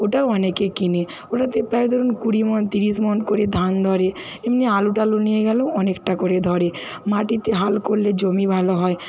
ওটাও অনেকে কেনে ওটাতে প্রায় ধরুন কুড়ি মণ তিরিশ মণ করে ধান ধরে এমনি আলু টালু নিয়ে গেলেও অনেকটা করে ধরে মাটিতে হাল করলে জমি ভালো হয়